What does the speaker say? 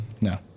No